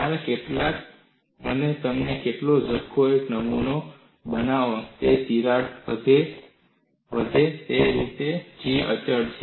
તેમાંના કેટલાક અને તેને ઝટકો અને એક નમૂનો બનાવો જેથી તિરાડ વધે તે રીતે જી અચળ રહે